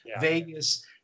Vegas